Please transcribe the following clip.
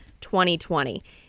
2020